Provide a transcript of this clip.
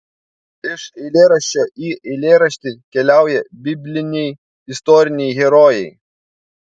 iš eilėraščio į eilėraštį keliauja bibliniai istoriniai herojai